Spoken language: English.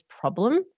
problem